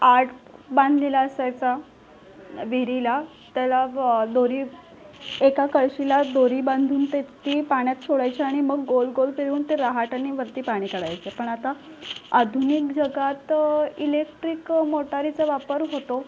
आट बांधलेला असायचा विहिरीला त्याला दोरी एका कळशीला दोरी बांधून ते ती पाण्यात सोडायची आणि मग गोलगोल फिरवून ते राहाटानी वरती पाणी काढायचं पण आता आधुनिक जगात इलेक्ट्रिक मोटारीचा वापर होतो